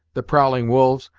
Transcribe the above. the prowling wolves!